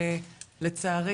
לצערי,